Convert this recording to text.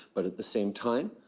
but at the same time,